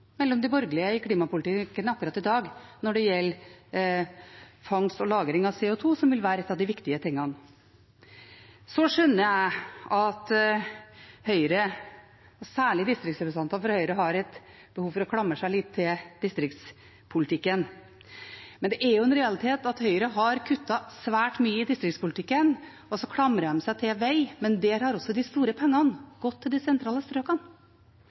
mellom de borgerlige i klimapolitikken akkurat i dag når det gjelder fangst og lagring av CO 2 , som vil være en av de viktige tingene. Så skjønner jeg at Høyre, og særlig distriktsrepresentantene fra Høyre, har et behov for å klamre seg litt til distriktspolitikken. Men det er en realitet at Høyre har kuttet svært mye i distriktspolitikken. De klamrer seg til veg, men der har også de store pengene gått til de sentrale strøkene.